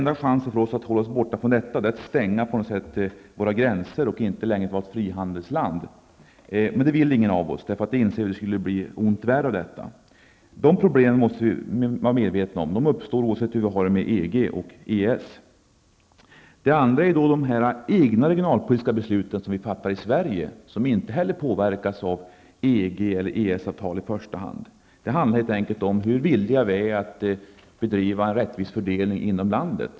Det enda sättet att hålla oss ifrån detta är att stänga gränserna och inte vara ett frihandelsland längre. Det vill ingen av oss. Vi inser att ont skulle bli värre av detta. Dessa problem måste vi vara medvetna om. De uppstår oberoende av EG och EES. Det andra är de egna regionalpolitiska beslut som vi fattar i Sverige. De påverkas inte heller av EG eller EES-avtal i första hand. Det handlar om hur villiga vi är att bedriva en rättvis fördelning inom landet.